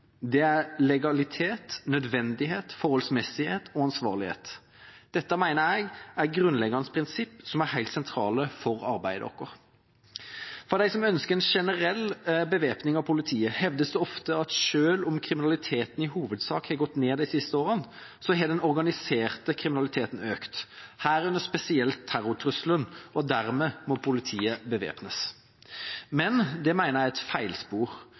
Det er legalitet, nødvendighet, forholdsmessighet og ansvarlighet. Dette mener jeg er grunnleggende prinsipper som er helt sentrale for arbeidet vårt. Av dem som ønsker en generell bevæpning av politiet, hevdes det ofte at selv om kriminaliteten i hovedsak har gått ned de siste årene, har den organiserte kriminaliteten økt, herunder spesielt terrortrusselen, og dermed må politiet bevæpnes. Det mener jeg er et